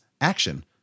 action